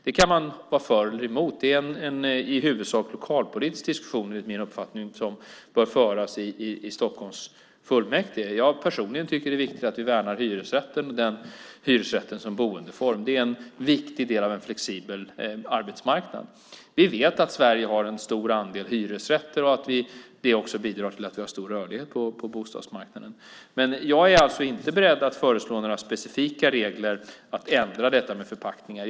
Det kan man vara för eller emot, och det är en i huvudsak lokalpolitisk diskussion, enligt min uppfattning, som bör föras i Stockholms kommunfullmäktige. Jag tycker personligen att det är viktigt att vi värnar hyresrätten, och hyresrätten som boendeform. Den är en viktig del av en flexibel bostadsmarknad. Vi vet att Sverige har en stor andel hyresrätter och att det bidrar till att vi har stor rörlighet på bostadsmarknaden. Jag är alltså inte beredd att föreslå några specifika regler för att ändra detta med förpackningar.